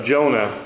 Jonah